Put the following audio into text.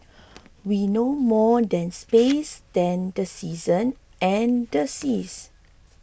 we know more than space than the season and the seas